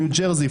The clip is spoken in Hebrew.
ניו ג'רזי,